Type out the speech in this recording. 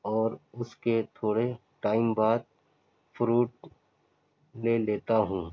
اور اس کے تھوڑے ٹائم بعد فروٹ لے لیتا ہوں